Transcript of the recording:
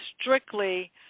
strictly